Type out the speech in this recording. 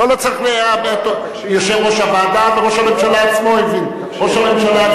ועל כך אני